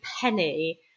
penny